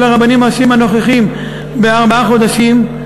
הרבנים הראשיים הנוכחיים בארבעה חודשים.